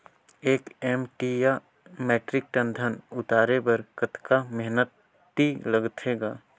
एक एम.टी या metric tonne धन उतारे बर कतका मेहनती लगथे ग?